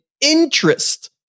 interest